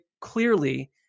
clearly